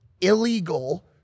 illegal